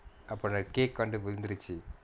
upon a cake வந்து விழுந்துடுச்சு:vanthu vilunthuduchu